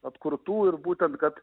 atkurtų ir būtent kad